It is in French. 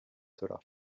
cela